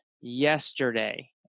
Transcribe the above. yesterday